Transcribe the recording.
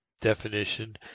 definition